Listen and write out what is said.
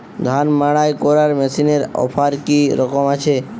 ধান মাড়াই করার মেশিনের অফার কী রকম আছে?